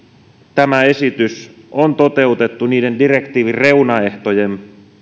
tämä esitys on toteutettu niiden direktiivin reunaehtojen